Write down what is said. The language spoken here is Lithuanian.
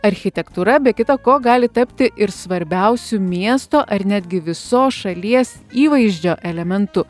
architektūra be kita ko gali tapti ir svarbiausiu miesto ar netgi visos šalies įvaizdžio elementu